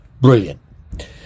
Brilliant